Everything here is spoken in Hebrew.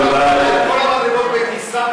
בשביל זה הוא עלה את כל המדרגות בטיסה,